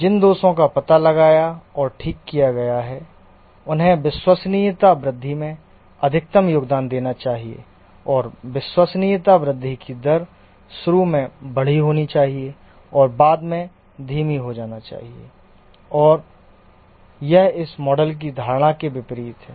जिन दोषों का पता लगाया और ठीक किया गया है उन्हें विश्वसनीयता वृद्धि में अधिकतम योगदान देना चाहिए और विश्वसनीयता वृद्धि की दर शुरू में बड़ी होनी चाहिए और बाद में धीमा हो जाना चाहिए और यह इस मॉडल की धारणा के विपरीत है